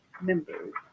members